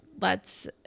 lets –